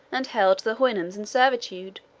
and held the houyhnhnms in servitude